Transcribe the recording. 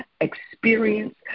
experience